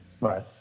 Right